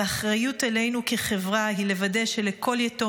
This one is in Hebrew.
והאחריות עלינו כחברה היא לוודא שלכל יתום